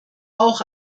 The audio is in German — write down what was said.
auch